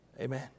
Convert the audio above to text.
Amen